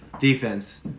defense